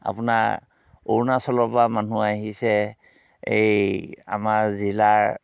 আপোনাৰ অৰুণাচলৰ পৰা মানুহ আহিছে এই আমাৰ জিলাৰ